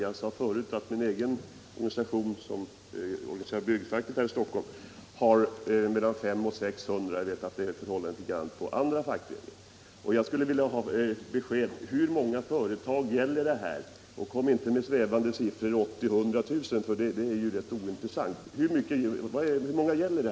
Jag sade förut att min egen organisation, dvs. byggfacket i Stockholm, har mellan 500 och 600, och jag vet att det är likadant i andra fackföreningar. Jag skulle vilja ha besked: Hur många företag gäller det? Kom inte med svävande siffror som 80 000-100 000, för det är ointressant. Hur många gäller det?